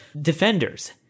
defenders